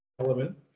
element